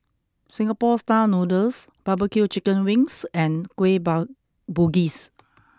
Singapore Style Noodles Barbecue Chicken Wings and Kueh about Bugis